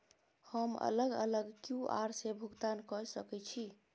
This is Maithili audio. हम अलग अलग क्यू.आर से भुगतान कय सके छि?